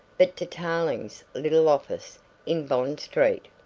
but to tarling's little office in bond street.